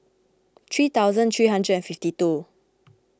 three thousand three hundred and fifty two